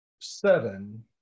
seven